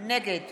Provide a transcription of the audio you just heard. נגד